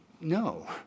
No